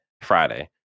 Friday